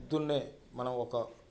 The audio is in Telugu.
పొద్దున్నే మనం ఒక